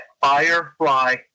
Firefly